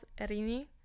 Erini